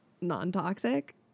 non-toxic